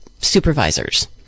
supervisors